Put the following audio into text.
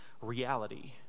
reality